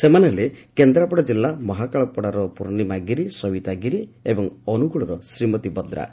ସେମାନେ ହେଲେ କେନ୍ଦ୍ରାପଡା ଜିଲ୍ଲା ମହାକାଳପଡାର ପୂର୍ଶ୍ୱିମା ଗିରି ସବିତା ଗିରି ଓ ଅନୁଗୋଳର ଶ୍ରୀମତୀ ବଦ୍ରା